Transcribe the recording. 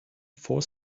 for